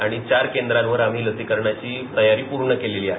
आणि चार केंद्रावर आम्ही लसीकरणाची तयारी पूर्ण केलेली आहे